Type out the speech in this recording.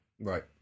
right